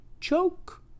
choke